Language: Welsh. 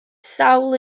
sawl